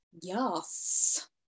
Yes